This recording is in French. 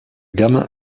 gamin